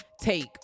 take